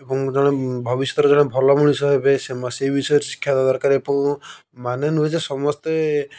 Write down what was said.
ଏବଂ ଜଣେ ଭବିଷ୍ୟତରେ ଜଣେ ଭଲ ମଣିଷ ହେବେ ସେଇ ବିଷୟରେ ଶିକ୍ଷା ଦରକାର ଏବଂ ମାନେ ନୁହେଁ ଯେ ସମସ୍ତେ